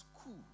school